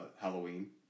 Halloween